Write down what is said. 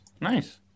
Nice